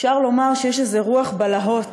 אפשר לומר שיש איזה רוח בלהות